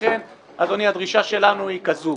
לכן, אדוני, הדרישה שלנו היא כזו.